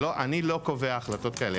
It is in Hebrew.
אני לא קובע החלטות כאלה,